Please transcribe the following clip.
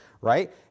right